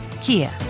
Kia